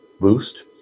boost